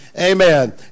Amen